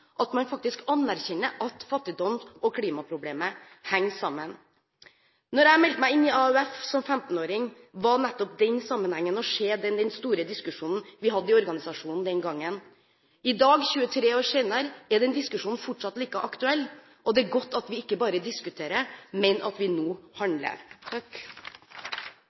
at man faktisk anerkjenner at fattigdom og klimaproblemet henger sammen. Da jeg meldte meg inn i AUF som 15-åring, var nettopp den sammenhengen og å se den den store diskusjonen vi hadde i organisasjonen den gangen. I dag, 23 år senere, er den diskusjonen fortsatt like aktuell. Det er godt at vi ikke bare diskuterer, men at vi nå handler.